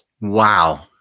Wow